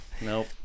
nope